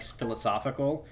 philosophical